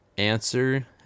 Answer